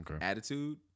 attitude